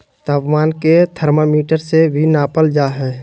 तापमान के थर्मामीटर से भी नापल जा हइ